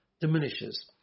diminishes